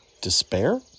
despair